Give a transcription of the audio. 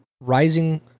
rising